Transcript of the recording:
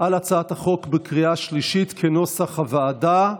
על הצעת החוק בקריאה השלישית, כנוסח הוועדה.